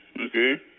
Okay